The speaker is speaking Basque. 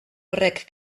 horrek